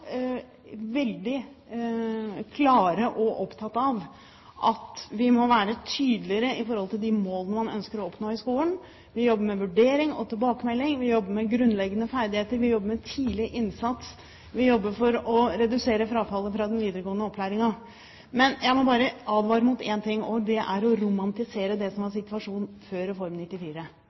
må være tydeligere om de mål man ønsker å oppnå i skolen. Vi jobber med vurdering og tilbakemelding, vi jobber med grunnleggende ferdigheter, vi jobber med tidlig innsats, og vi jobber for å redusere frafallet fra den videregående opplæringen. Men jeg må bare advare mot én ting, og det er å romantisere det som var situasjonen før Reform 94.